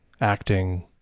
acting